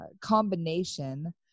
combination